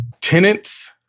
tenants